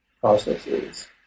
processes